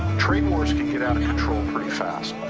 trade wars can get out of control pretty fast.